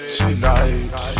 tonight